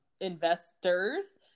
investors